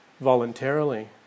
voluntarily